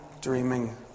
dreaming